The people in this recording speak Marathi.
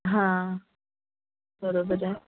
हां बरोबर आहे